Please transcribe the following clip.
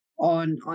on